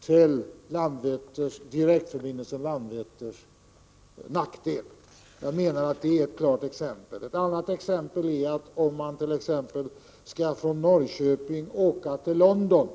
till direktförbindelsen från Landvetters nackdel. Jag menar att detta är ett tydligt exempel. Ett annat exempel är, att om man skall flyga från Norrköping till London,